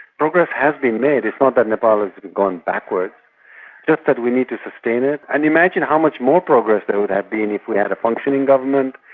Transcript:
progress has been made it's not that nepal has gone backwards, just that we need to sustain it. and imagine how much more progress there would have been if we had a functioning government,